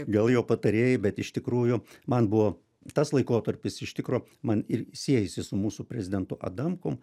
gal jo patarėjai bet iš tikrųjų man buvo tas laikotarpis iš tikro man ir siejasi su mūsų prezidentu adamkum